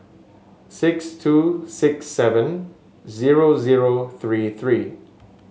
six two six seven zero zero three three